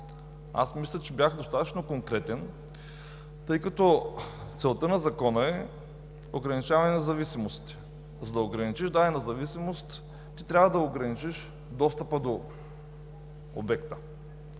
Мисля, че бях достатъчно конкретен, тъй като целта на Закона е ограничаване на зависимостите. За да ограничиш дадена зависимост, трябва да ограничиш достъпа до обекта.